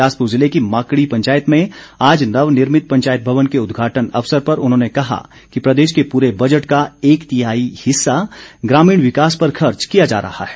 बिलासपुर जिले की माकड़ी पंचायत में आज नव निर्भित पंचायत भवन के उद्घाटन अवसर पर उन्होंने कहा कि प्रदेश के पूरे बजट का एक तिहाई हिस्सा ग्रामीण विकास पर खर्च किया जा रहा है